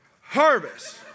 Harvest